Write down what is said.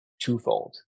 twofold